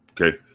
Okay